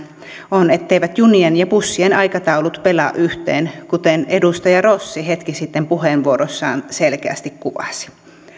on etteivät junien ja bussien aikataulut pelaa yhteen kuten edustaja rossi hetki sitten puheenvuorossaan selkeästi kuvasi